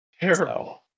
Terrible